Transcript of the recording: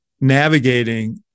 navigating